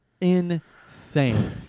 insane